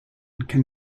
can